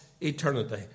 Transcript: eternity